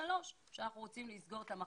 ל-2023 אז אנחנו רוצים לסגור את המחנות.